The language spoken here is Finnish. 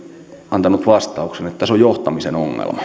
antanut vastauksen että se on johtamisen ongelma